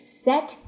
set